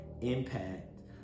impact